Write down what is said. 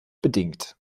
bedingt